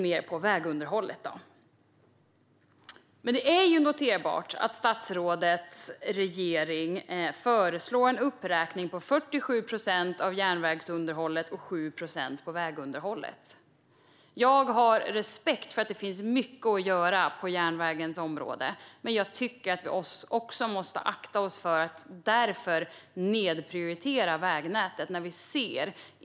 Men det är noterbart att statsrådets regering föreslår uppräkningar på 47 procent för järnvägsunderhållet och 7 procent för vägunderhållet. Jag har respekt för att det finns mycket att göra på järnvägens område. Men jag tycker att vi måste akta oss för att därför nedprioritera vägnätet.